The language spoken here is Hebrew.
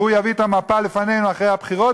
והוא יביא את המפה לפנינו אחרי הבחירות,